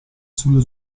sulle